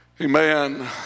Amen